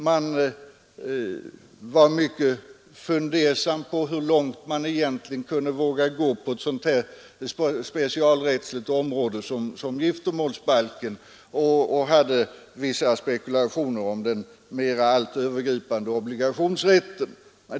Man var mycket fundersam över hur långt man egentligen kunde våga gå på ett specialrättsligt område som giftermålsbalken, och man hade vissa spekulationer om den allt övergripande obligationsrätten.